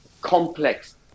complex